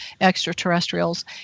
extraterrestrials